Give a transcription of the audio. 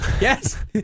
Yes